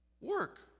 work